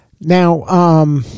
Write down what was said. Now